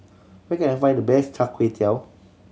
where can I find the best Char Kway Teow